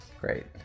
Great